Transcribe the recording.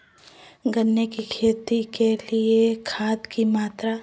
गन्ने की खेती के लिए खाद की मात्रा?